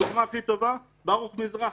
הדוגמה הכי טובה, ברוך מזרחי.